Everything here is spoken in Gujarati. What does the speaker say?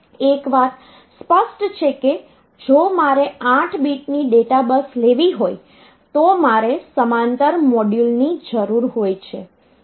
એક વાત સ્પષ્ટ છે કે જો મારે 8 બીટની ડેટા બસ લેવી હોય તો મારે સમાંતર મોડ્યુલની જરૂર હોય છે